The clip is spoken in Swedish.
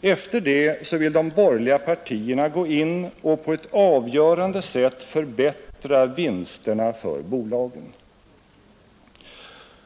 Efter det vill de borgerliga partierna gå in och på ett avgörande sätt förbättra vinsterna för bolagen.